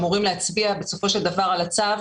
כאן בשלב הזה.